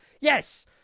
yes